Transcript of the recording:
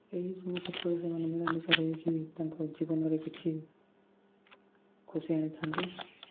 ଏହିସବୁ କ୍ଷେତ୍ରରେ ସେମାନେ ମିଳାମିଶା ରହିକି ତାଙ୍କ ଜୀବନରେ କିଛି ଖୁସି ଆଣିଥାନ୍ତି